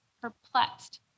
perplexed